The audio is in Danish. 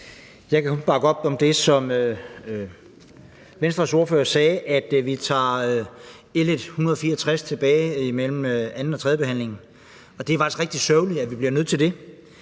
Jeg kan kun bakke op om det, som Venstres ordfører sagde, nemlig at vi tager L 164 tilbage i udvalget mellem anden- og tredjebehandlingen, og det er faktisk rigtig sørgeligt, at vi bliver nødt til det.